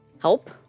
help